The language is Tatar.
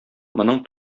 моның